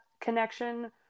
connection